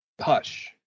Hush